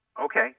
Okay